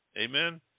Amen